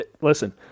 listen